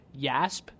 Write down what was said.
YASP